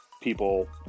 people